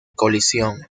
colisión